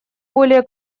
более